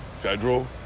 Federal